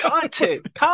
content